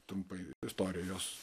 trumpai istorijos